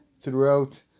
throughout